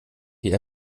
die